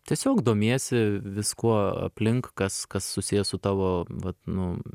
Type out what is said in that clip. tiesiog domiesi viskuo aplink kas kas susiję su tavo vat nu